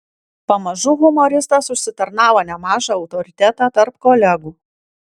pamažu humoristas užsitarnavo nemažą autoritetą tarp kolegų